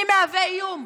מי מהווה איום?